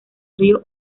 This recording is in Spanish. río